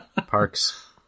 Parks